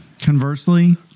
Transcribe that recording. conversely